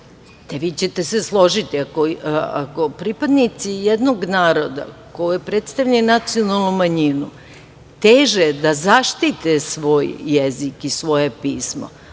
ćete se složiti, ako pripadnici jednog naroda koji predstavljaju nacionalnu manjinu teže da zaštite svoj jezik i pismo,